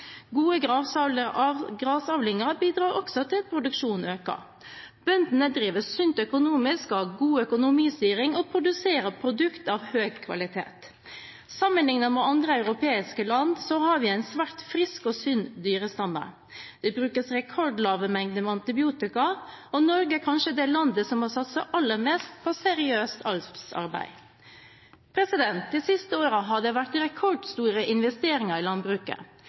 Gode gressavlinger bidrar også til at produksjonen øker. Bøndene driver sunt økonomisk, har god økonomistyring og produserer produkter av høy kvalitet. Sammenlignet med andre europeiske land har vi en svært frisk og sunn dyrestamme. Det brukes rekordlave mengder antibiotika, og Norge er kanskje det landet som har satset aller mest på seriøst avlsarbeid. De siste årene har det vært rekordstore investeringer i landbruket.